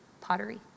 pottery